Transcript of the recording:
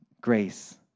grace